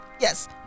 Yes